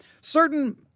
certain